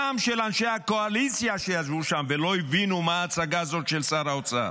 גם של אנשי הקואליציה שישבו שם ולא הבינו מה ההצגה הזאת של שר האוצר.